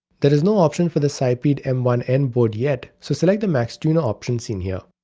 there is no option for the sipeed m one n board yet, so select the maixduino option seen here.